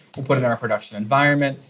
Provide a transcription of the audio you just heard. we'll put in our production environment.